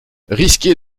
risquer